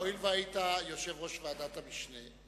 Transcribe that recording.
הואיל והיית יושב-ראש ועדת המשנה,